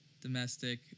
domestic